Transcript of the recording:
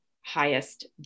highest